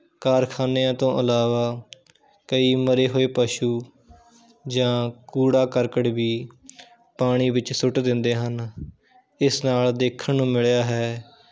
ਕਾਰਖਾਨਿਆਂ ਤੋਂ ਇਲਾਵਾ ਕਈ ਮਰੇ ਹੋਏ ਪਸ਼ੂ ਜਾਂ ਕੂੜਾ ਕਰਕਟ ਵੀ ਪਾਣੀ ਵਿੱਚ ਸੁੱਟ ਦਿੰਦੇ ਹਨ ਇਸ ਨਾਲ਼ ਦੇਖਣ ਨੂੰ ਮਿਲਿਆ ਹੈ